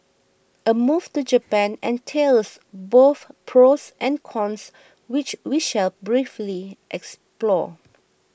a move to Japan entails both pros and cons which we shall briefly explore